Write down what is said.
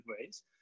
ways